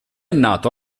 nato